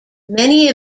many